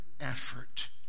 effort